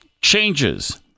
changes